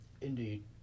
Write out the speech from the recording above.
Indeed